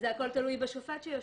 שזה הכל תלוי בשופט שיושב.